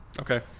Okay